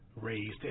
raised